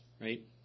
right